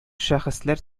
шәхесләр